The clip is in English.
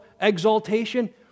exaltation